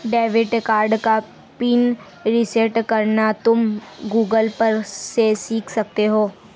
debit card का pin reset करना तुम गूगल पर से सीख सकते हो